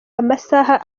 amasaha